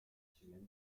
cilinder